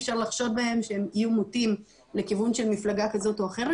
אי אפשר לחשוד בהם שהם יהיו מוטים לכיוון של מפלגה כזאת או אחרת,